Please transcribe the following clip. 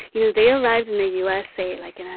you know, they arrived in the u s, say, like, you know